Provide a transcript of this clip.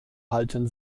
halten